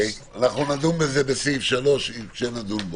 נדון בזה בסעיף 3, כשנדון בו.